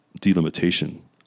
delimitation